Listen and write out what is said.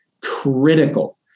critical